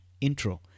intro